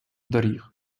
доріг